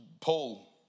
Paul